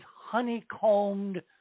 honeycombed